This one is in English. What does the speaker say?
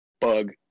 bug